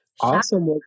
Awesome